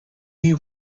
you